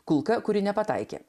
kulka kuri nepataikė